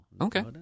Okay